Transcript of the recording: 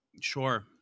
Sure